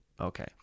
Okay